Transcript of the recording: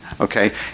okay